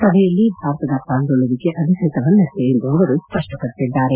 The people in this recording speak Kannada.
ಸಭೆಯಲ್ಲಿ ಭಾರತದ ಪಾಲ್ಗೊಳ್ಳುವಿಕೆ ಅಧಿಕೃತವಲ್ಲದ್ದು ಎಂದು ಅವರು ಸ್ಪಷ್ಟವಡಿಸಿದ್ದಾರೆ